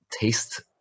taste